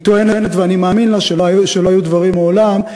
היא טוענת, ואני מאמין לה, שלא היו דברים מעולם.